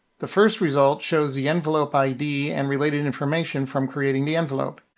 the first result shows the envelope id and related information from creating the envelope.